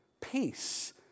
Peace